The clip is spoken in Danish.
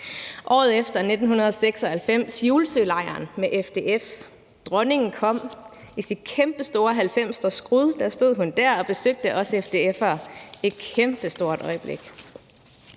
Året efter, i 1996, var jeg på Julsølejren med FDF. Dronningen kom i sit kæmpestore 1990'er-skrud. Dér stod hun og besøgte os FDF'ere. Det var et kæmpestort øjeblik.